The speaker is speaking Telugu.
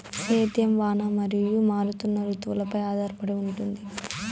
సేద్యం వాన మరియు మారుతున్న రుతువులపై ఆధారపడి ఉంటుంది